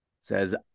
Says